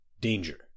Danger